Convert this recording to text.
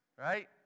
right